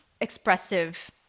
expressive